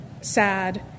sad